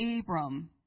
Abram